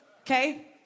Okay